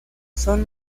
son